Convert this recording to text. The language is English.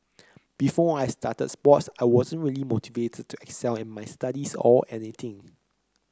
before I started sports I wasn't really motivated to excel in my studies or anything